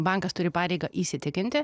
bankas turi pareigą įsitikinti